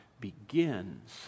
begins